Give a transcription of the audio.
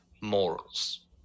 morals